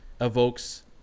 evokes